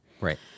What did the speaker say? Right